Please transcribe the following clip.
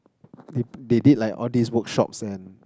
they they did like all these workshops and